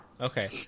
Okay